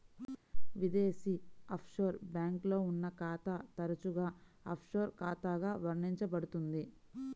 విదేశీ ఆఫ్షోర్ బ్యాంక్లో ఉన్న ఖాతా తరచుగా ఆఫ్షోర్ ఖాతాగా వర్ణించబడుతుంది